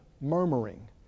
murmuring